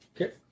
Okay